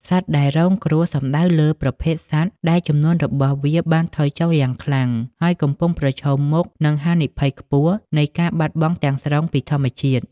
សត្វដែលរងគ្រោះសំដៅលើ ប្រភេទសត្វដែលចំនួនរបស់វាបានថយចុះយ៉ាងខ្លាំង ហើយកំពុងប្រឈមមុខនឹងហានិភ័យខ្ពស់នៃការបាត់បង់ទាំងស្រុងពីធម្មជាតិ។